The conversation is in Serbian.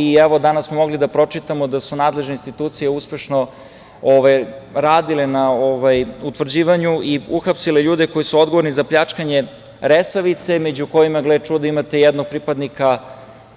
I evo, danas smo mogli da pročitamo da su nadležne institucije uspešno radile na utvrđivanju i uhapsile ljude koji su odgovorni za pljačkanje „Resavice“, među kojima, gle čuda, imate jednog pripadnika